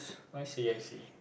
I see I see